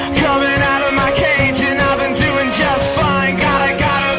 and out of my cage and i've been doing just fine gotta gotta